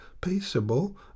peaceable